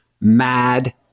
mad